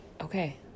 okay